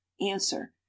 answer